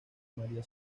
maría